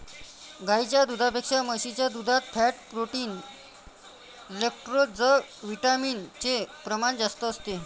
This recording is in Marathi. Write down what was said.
गाईच्या दुधापेक्षा म्हशीच्या दुधात फॅट, प्रोटीन, लैक्टोजविटामिन चे प्रमाण जास्त असते